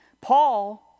Paul